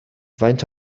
faint